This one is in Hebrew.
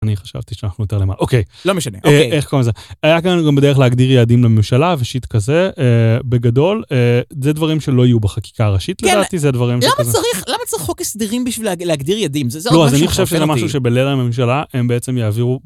אני חשבתי שאנחנו יותר למעלה אוקיי לא משנה איך קוראים לזה זה היה כאן גם בדרך להגדיר יעדים לממשלה ושיט כזה בגדול זה דברים שלא יהיו בחקיקה הראשית לדעתי זה הדברים למה צריך חוק הסדרים בשביל להגדיר יעדים זה לא אז אני חושב שזה משהו שבלילה ממשלה הם בעצם יעבירו